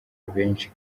benshi